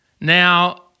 Now